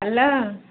hello